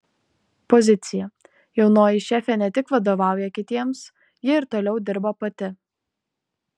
pozicija jaunoji šefė ne tik vadovauja kitiems ji ir toliau dirba pati